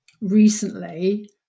recently